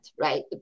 right